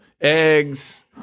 Eggs